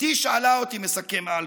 "בתי שאלה אותי", מסכם אלפר,